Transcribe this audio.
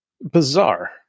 bizarre